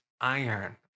iron